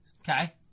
Okay